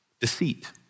deceit